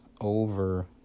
over